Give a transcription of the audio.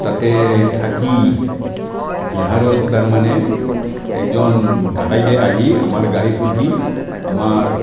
তাতে থাকি বিহাৰত তাৰমানে একজন ডকাইতে আহি আমাৰ গাড়ীত সৰকি আমাৰ